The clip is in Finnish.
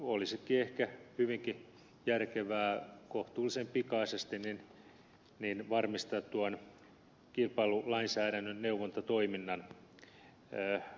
olisikin ehkä hyvinkin järkevää kohtuullisen pikaisesti varmistaa kilpailulainsäädännön neuvontatoiminnan vakinaisuus